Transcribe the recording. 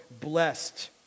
blessed